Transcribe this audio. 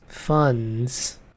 funds